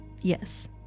Yes